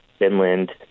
Finland